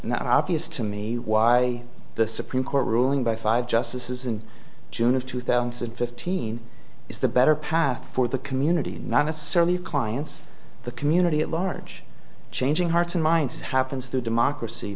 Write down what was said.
not obvious to me why the supreme court ruling by five justices in june of two thousand and fifteen is the better path for the community not necessarily clients the community at large changing hearts and minds happens to democracy